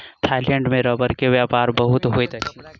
Thailand में रबड़ के व्यापार बहुत होइत अछि